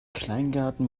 kleingarten